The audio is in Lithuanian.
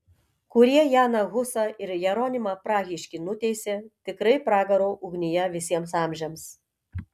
kurie janą husą ir jeronimą prahiškį nuteisė tikrai pragaro ugnyje visiems amžiams